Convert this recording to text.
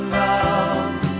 love